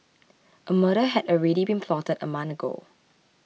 a murder had already been plotted a month ago